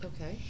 Okay